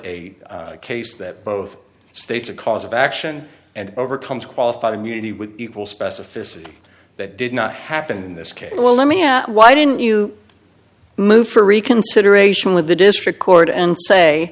a case that both states a cause of action and overcomes qualified immunity with equal specificity that did not happen in this case well let me why didn't you move for reconsideration with the district court and say